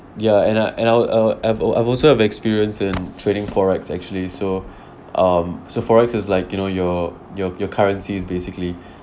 ya and I I'll I'll f~ oh I've also have experience in trading forex actually so um forex is like you know your your your currencies basically